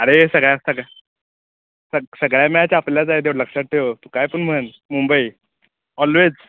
अरे सगळ्या सगळ्या सगळ्या सगळ्या मॅच आपल्याच आहे तेवढं लक्षात ठेव काय पण म्हण मुंबई ऑलव्हेज